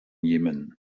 jemen